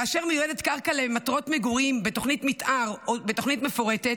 כאשר קרקע מיועדת למטרות מגורים בתוכנית מתאר או בתוכנית מפורטת,